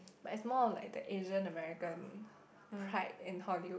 but it's more of like the Asian American pride in Hollywood